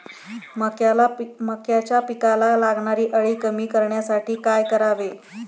मक्याच्या पिकाला लागणारी अळी कमी करण्यासाठी काय करावे?